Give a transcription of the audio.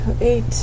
eight